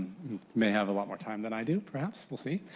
may have a lot more time than i do perhaps. we'll see.